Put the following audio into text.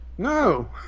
No